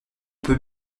peut